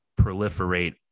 proliferate